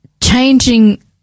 changing